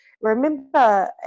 Remember